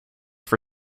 for